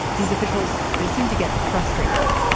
these officials, they seem to get frustrated.